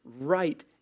right